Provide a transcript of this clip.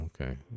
okay